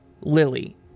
Lily